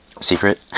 Secret